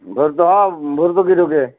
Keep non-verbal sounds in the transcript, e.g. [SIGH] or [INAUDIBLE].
[UNINTELLIGIBLE] ভর্তুকি ঢোকে